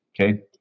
okay